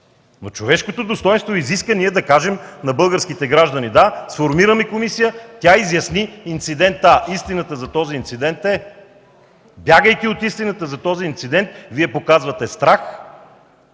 но човешкото достойнство изисква да кажем на българските граждани: „Да, сформирахме комисия, тя изясни инцидента. Истината за този инцидент е...”. Бягайки от истината за този инцидент, Вие показвате страх,